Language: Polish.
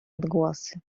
odgłosy